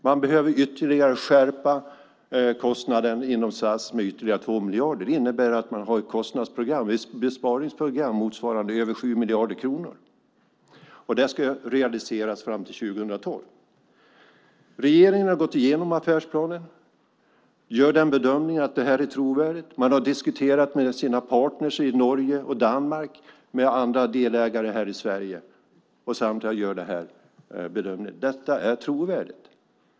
Man behöver ytterligare skärpa kostnaden inom SAS med 2 miljarder. Det innebär att man har ett besparingsprogram motsvarande över 7 miljarder kronor. Det ska realiseras fram till 2012. Regeringen har gått igenom affärsplanen och gör bedömningen att det hela är trovärdigt. Man har diskuterat med sina partner i Norge och Danmark och med andra delägare här i Sverige. Samtliga gör bedömningen att detta är trovärdigt.